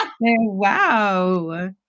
Wow